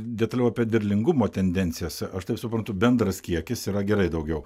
detaliau apie derlingumo tendencijas aš taip suprantu bendras kiekis yra gerai daugiau